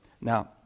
Now